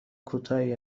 کوتاهی